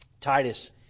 Titus